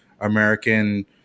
American